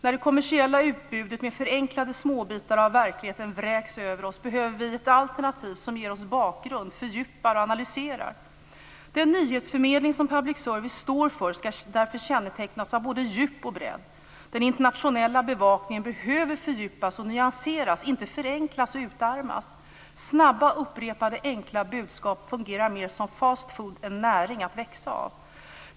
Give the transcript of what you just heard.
När det kommersiella utbudet med förenklade småbitar av verkligheten vräks över oss behöver vi ett alternativ som ger oss bakgrund, fördjupar och analyserar. Den nyhetsförmedling som public service står för ska därför kännetecknas av både djup och bredd. Den internationella bevakningen behöver fördjupas och nyanseras, inte förenklas och utarmas. Snabba upprepade enkla budskap fungerar mer som fast food än som näring att växa av.